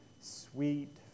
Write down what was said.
sweet